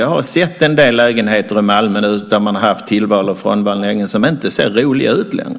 Jag har sett en del lägenheter i Malmö, där man haft tillval och frånval länge, som inte ser roliga ut längre.